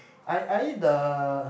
I I eat the